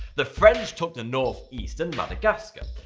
the french took the north east and madagascar,